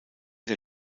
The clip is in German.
der